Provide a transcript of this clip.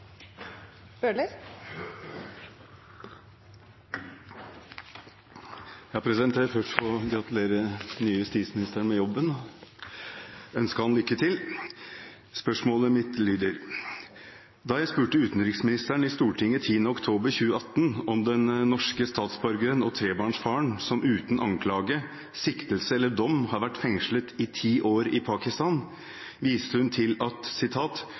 Jeg vil først få gratulere den nye justisministeren med jobben og ønske ham lykke til. Spørsmålet mitt lyder: «Da jeg spurte utenriksministeren i Stortinget 10. oktober 2018 om den norske statsborgeren og trebarnsfaren som uten anklage, siktelse eller dom har vært fengslet i 10 år i Pakistan, viste hun til at